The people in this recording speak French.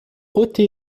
ôter